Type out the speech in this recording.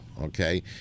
okay